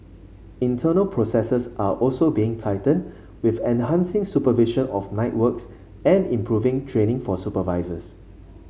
internal processes are also being tightened with enhancing supervision of night works and improving training for supervisors